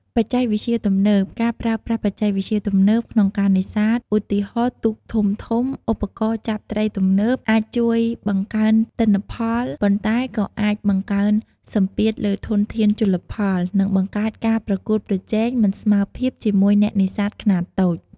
បច្ចេកវិទ្យាទំនើប ការប្រើប្រាស់បច្ចេកវិទ្យាទំនើបក្នុងការនេសាទ ឧទាហរណ៍ ទូកធំៗ ឧបករណ៍ចាប់ត្រីទំនើប អាចជួយបង្កើនទិន្នផល ប៉ុន្តែក៏អាចបង្កើនសម្ពាធលើធនធានជលផល និងបង្កើតការប្រកួតប្រជែងមិនស្មើភាពជាមួយអ្នកនេសាទខ្នាតតូច។